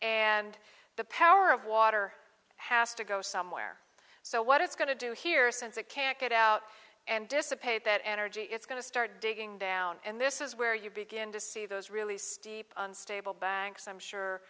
and the power of water has to go somewhere so what it's going to do here since it can't get out and dissipate that energy it's going to start digging down and this is where you begin to see those really steep unstable banks i'm sure